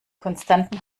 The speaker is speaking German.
konstanten